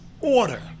order